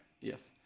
Yes